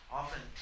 often